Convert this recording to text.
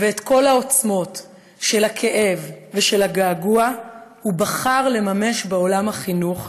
ואת כל העוצמות של הכאב ושל הגעגוע הוא בחר לממש בעולם החינוך,